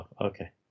okay